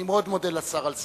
אני מאוד מודה לשר על סבלנותו.